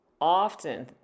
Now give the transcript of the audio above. often